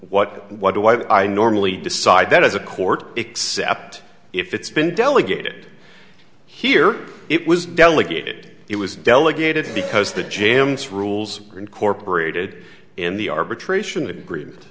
what what do i normally decide that is a court except if it's been delegated here it was delegated it was delegated because the jambs rules are incorporated in the arbitration agreement